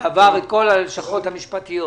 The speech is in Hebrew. ועבר את כל הלשכות המשפטיות.